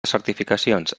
certificacions